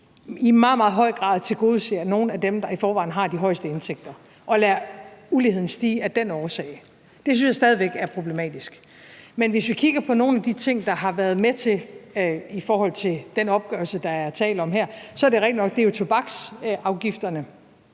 meget høj grad tilgodeser nogle af dem, der i forvejen har de højeste indtægter, og lader uligheden stige af den årsag. Det synes jeg stadig væk er problematisk. Men hvis vi kigger på nogle af de ting, der har været med til det – i forhold til den opgørelse, der er tale om her – så er det jo rigtigt nok, at det er tobaksafgifterne,